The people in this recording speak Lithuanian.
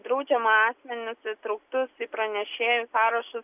draudžiama asmenis įtrauktus į pranešėjų sąrašus